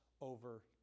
over